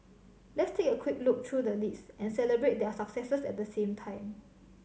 let's take a quick look through the list and celebrate their successes at the same time